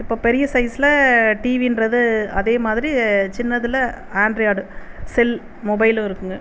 இப்போ பெரிய சைஸில் டிவின்றது அதேமாதிரி சின்னதில் ஆண்ட்ராய்டு செல் மொபைலும் இருக்குங்க